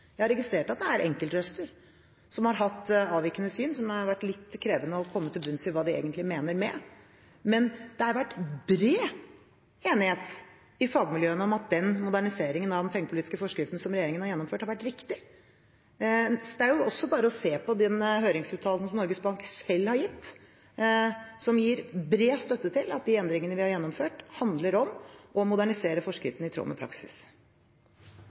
Jeg har registrert at det er enkeltrøster som har hatt avvikende syn som det har vært litt krevende å komme til bunns i hva de egentlig mener med, men det har vært bred enighet i fagmiljøene om at den moderniseringen av den pengepolitiske forskriften som regjeringen har gjennomført, har vært riktig. Det er også bare å se på den høringsuttalelsen Norges Bank selv har gitt, som gir bred støtte til at de endringene vi har gjennomført, handler om å modernisere forskriften i tråd med praksis.